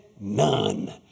None